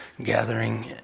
gathering